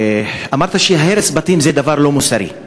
אמרת שהרס בתים זה דבר לא מוסרי.